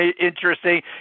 interesting